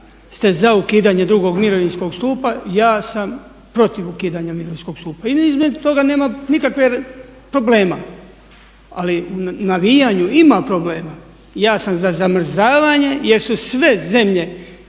ste za ukidanje drugog mirovinskog stupa ja sam protiv ukidanja mirovinskog stupa. I između toga nema nikakve problema. Ali u navijanju ima problema. Ja sam za zamrzavanje, jer su sve zemlje